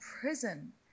prison